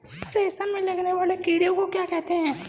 रेशम में लगने वाले कीड़े को क्या कहते हैं?